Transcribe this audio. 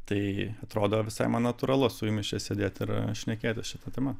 tai atrodo visai natūralu su jumis čia sėdėti ir šnekėtis šita tema